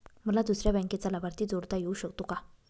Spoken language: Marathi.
मला दुसऱ्या बँकेचा लाभार्थी जोडता येऊ शकतो का?